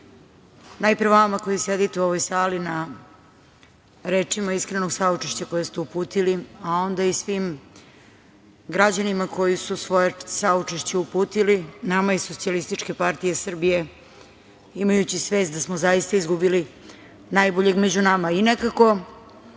najpre vama koji sedite u ovoj sali na rečima iskrenog saučešća koje ste uputili, a onda i svim građanima koje su svoje saučešće uputili nama iz SPS, imajući svest da smo zaista izgubili najboljeg među nama. Nekako,